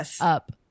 up